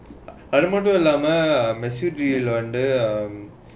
அதே மாட்டும் இல்லாமே வீட்டுலே வந்தே:athae mattum illaammae vittullae vanthu um